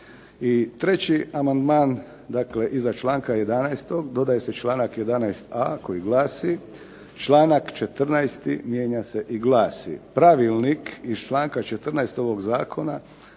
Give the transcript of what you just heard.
treći amandman iza članka 11. dodaje se članak 11a koji glasi: "Članak 14. mijenja se i glasi: Pravilnik iz čl. 14. ovog zakona